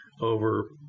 over